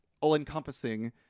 all-encompassing